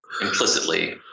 Implicitly